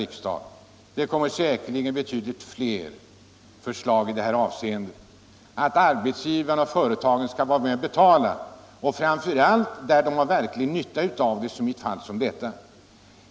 bildningen Det kommer säkerligen betydligt fler förslag, som går ut på att arbetsgivarna och företagen skall vara med och betala, framför allt när de har verklig nytta av vad som sker.